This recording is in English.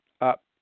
up